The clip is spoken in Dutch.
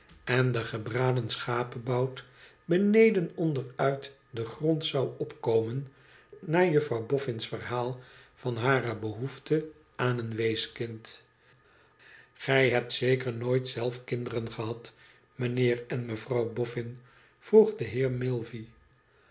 en de gebraden schapebout beneden onder uit den grond zou opkomen naar juffi ouw bofn's verhaal van hare behoefte aan een weeskind gij hebt zeker nooit zelf kinderen gehad mijnheer en juffrouw bofn vroeg de